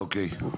אוקיי.